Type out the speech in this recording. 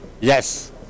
Yes